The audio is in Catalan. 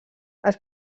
els